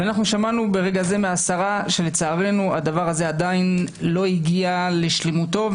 ושמענו ברגע זה מהשרה שהדבר הזה עדיין לא הגיע לשלמותו לצערנו,